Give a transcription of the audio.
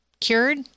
cured